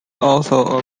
also